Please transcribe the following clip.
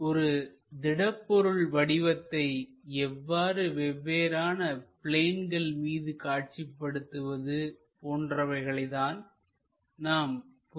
ஒரு திடப்பொருள் வடிவத்தை எவ்வாறு வெவ்வேறான பிளேன்கள் மீது காட்சிப்படுத்துவது போன்றவைகளை தான் நாம் புரிந்து கொள்ள இருக்கிறோம்